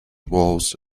wolves